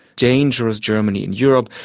dangerous germany in europe,